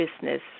business